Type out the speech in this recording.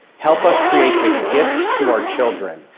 help us create this gift to our children,